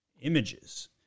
images